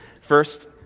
first